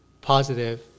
positive